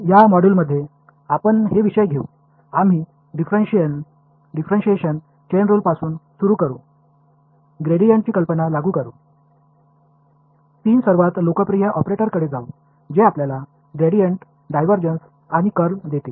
இந்த பகுதியின் தொடக்கமாக நாம் chain rule of differentiation gradient பற்றிய அறிமுகம் கிரேடியன்ட் டைவிர்ஜன்ஸ் மற்றும் கர்ல் ஆகியவற்றை கண்டறிய உதவும் மூன்று முக்கிய ஆபரேட்டர்களை பற்றி பார்ப்போம்